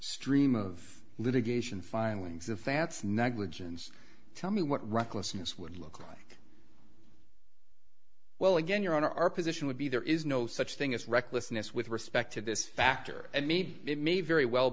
stream of litigation filings of fat's negligence tell me what recklessness would look like well again your honor our position would be there is no such thing as recklessness with respect to this factor and need it may very well